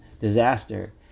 disaster